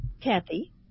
Kathy